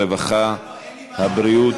הרווחה והבריאות,